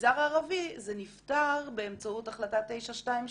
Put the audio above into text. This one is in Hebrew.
במגזר הערבי זה נפתר באמצעות החלטה 922,